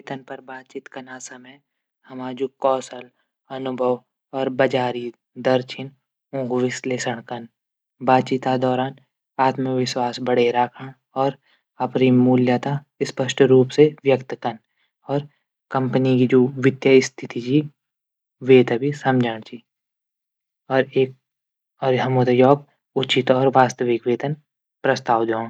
वेतन पर बातचीत कनै समय हमरू जू कौशल अनुभव बजार दर छन। ऊंक विश्लेषण कन बातचीत दौरान आत्मविश्वास बणै रखण और अपडी मूल्यता स्पष्ट रूप से व्यक्त कन। कम्पनी जू वित्तीय स्थिति च वेथे भी समझण च और अपड उचित और वास्तविक वेतन पस्ताव दीण